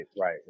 right